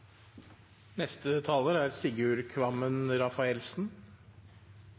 Neste taler er